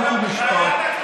חוק ומשפט.